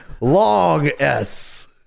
Long-S